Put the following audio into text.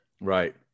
Right